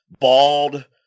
bald